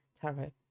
Tarot